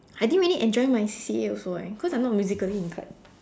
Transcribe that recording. I didn't really enjoy my C_C_A also eh cause I'm not musically inclined